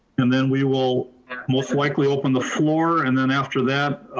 and then we will most likely open the floor. and then after that,